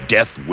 Death